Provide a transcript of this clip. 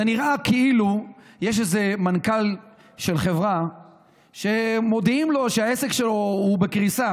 זה נראה כאילו יש איזה מנכ"ל של חברה שמודיעים לו שהעסק שלו בקריסה,